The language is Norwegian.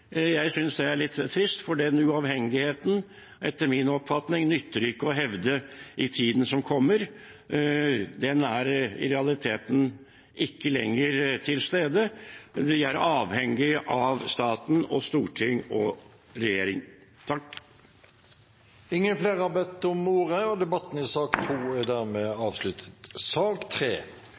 Jeg synes det er litt trist for den uavhengigheten. Etter min oppfatning nytter det ikke å hevde den i tiden som kommer. Den er i realiteten ikke lenger til stede. De er avhengig av staten og storting og regjering. Representanten Carl I. Hagen har tatt opp det forslaget han refererte til. Flere har ikke bedt om ordet til sak